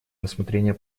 рассмотрения